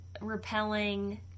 repelling